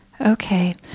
Okay